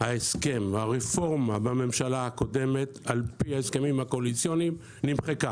ההסכם והרפורמה בממשלה הקודמת על פי ההסכמים הקואליציוניים נמחקה.